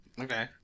Okay